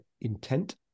intent